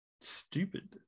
stupid